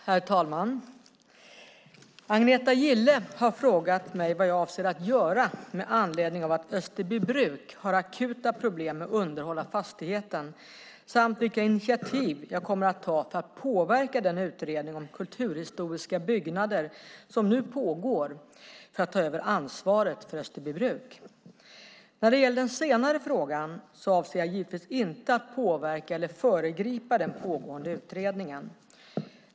Herr talman! Agneta Gille har frågat mig vad jag avser att göra med anledning av att Österbybruk har akuta problem med underhåll av fastigheten samt vilka initiativ jag kommer att ta för att påverka den utredning om kulturhistoriska byggnader som nu pågår för att ta över ansvaret för Österbybruk. När det gäller den senare frågan avser jag givetvis inte att påverka eller föregripa den pågående utredningen.